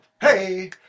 Hey